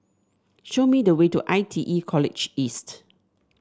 show me the way to I T E College East